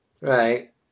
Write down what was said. Right